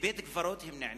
לבית-קברות הם נענים,